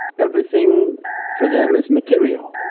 everything for them is material.